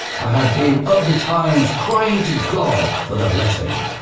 i had been up betimes crying to god for the blessing.